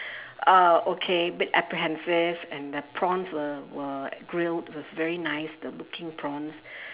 uh okay bit apprehensive and the prawns were were grilled with very nice the looking prawns